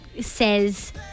says